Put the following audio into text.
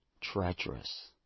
treacherous